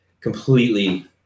completely